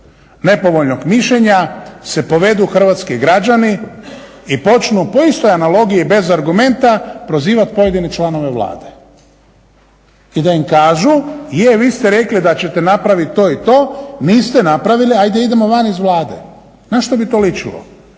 nepovoljnog mišljenja se povedu Hrvatski građani i počnu po istoj analogiji bez argumenta prozivati pojedine članove Vlade i da im kažu, je vi ste rekli da ćete napravit to i to, niste napravili ajde idemo van iz Vlade, na što bi to ličilo?